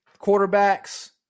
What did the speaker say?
quarterbacks